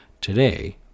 Today